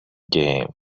game